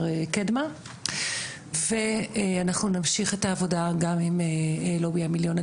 קדמה ואנחנו נמשיך את העבודה גם עם לובי המיליון.